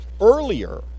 earlier